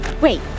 Wait